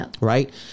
right